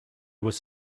was